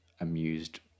amused